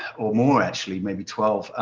or more actually. maybe twelve.